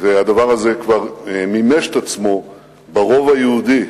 הדבר הזה כבר מימש את עצמו ברובע היהודי,